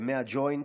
הג'וינט,